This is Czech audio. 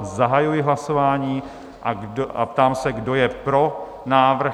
Zahajuji hlasování a ptám se, kdo je pro návrh?